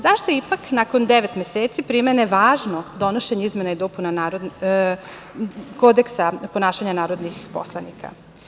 Zašto je ipak nakon devet meseci primene važno donošenje izmena i dopuna Kodeksa ponašanja narodnih poslanika?